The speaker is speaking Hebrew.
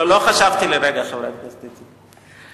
לא חשבתי לרגע, חברת הכנסת איציק.